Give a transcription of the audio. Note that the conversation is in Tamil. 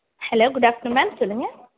ஹலோ குட் ஆஃப்டர்நூன் மேம் சொல்லுங்கள்